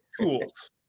Tools